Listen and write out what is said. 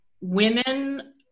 women